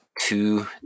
two